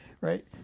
Right